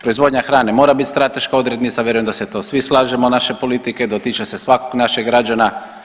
Proizvodnja hrane mora bit strateška odrednica, vjerujem da se to svi slažemo naše politike, dotiče se svakog našeg građana.